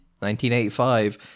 1985